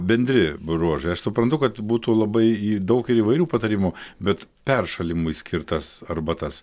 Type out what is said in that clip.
bendri bruožai aš suprantu kad būtų labai daug ir įvairių patarimų bet peršalimui skirtas arbatas